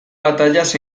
batallas